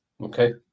Okay